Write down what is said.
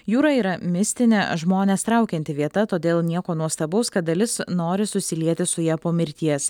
jūra yra mistinė žmones traukianti vieta todėl nieko nuostabaus kad dalis nori susilieti su ja po mirties